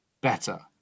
better